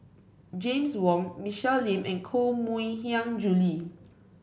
James Wong Michelle Lim and Koh Mui Hiang Julie